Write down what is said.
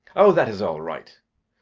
oh, that is all right.